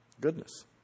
Goodness